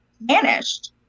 vanished